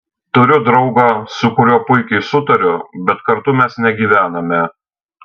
turiu draugą su kuriuo puikiai sutariu bet kartu mes negyvename